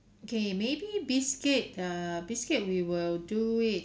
okay maybe brisket err brisket we will do it